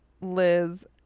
Liz